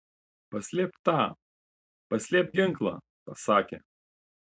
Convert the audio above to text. paslėpk tą paslėpk ginklą pasakė